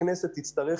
הממשלה תצטרך